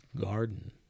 garden